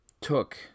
took